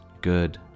good